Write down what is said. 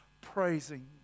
Praising